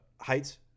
Heights